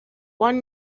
one